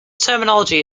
terminology